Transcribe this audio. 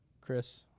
Chris